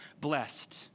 blessed